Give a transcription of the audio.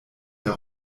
der